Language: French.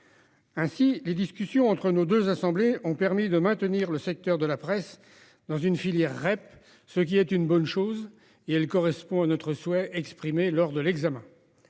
Ainsi, les discussions entre nos deux assemblées ont permis de maintenir le secteur de la presse dans une filière REP, ce qui est une bonne chose. Cela correspond au souhait que nous avions exprimé lors de l'examen